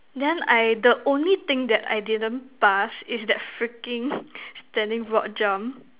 then I the only thing that I didn't pass is that freaking standing broad jump